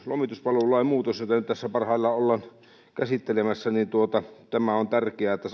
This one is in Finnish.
lomituspalvelulain muutos jota tässä parhaillaan ollaan käsittelemässä on tärkeä että